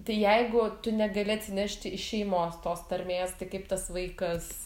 tai jeigu tu negali atsinešti iš šeimos tos tarmės tai kaip tas vaikas